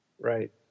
Right